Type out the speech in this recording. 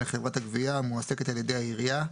לחברת הגבייה המועסקת על ידי העירייה,